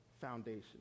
foundation